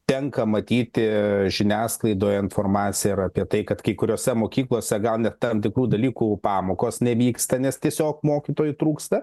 tenka matyti žiniasklaidoj informaciją ir apie tai kad kai kuriose mokyklose gal net tam tikrų dalykų pamokos nevyksta nes tiesiog mokytojų trūksta